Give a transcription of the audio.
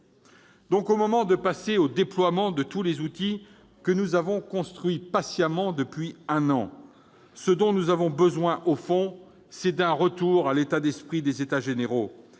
Au moment de passer au déploiement de tous les outils que nous avons patiemment construits depuis un an, ce dont nous avons besoin, au fond, c'est d'un retour à l'esprit des États généraux,